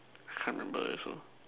can't remember also